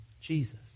Jesus